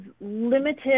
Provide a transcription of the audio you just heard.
limited